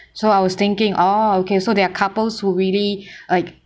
so I was thinking oh okay so there are couples who really like